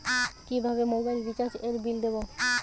কিভাবে মোবাইল রিচার্যএর বিল দেবো?